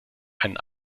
einen